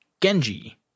Genji